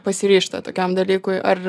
pasiryžta tokiam dalykui ar